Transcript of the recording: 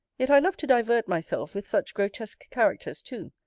yet i love to divert myself with such grotesque characters too.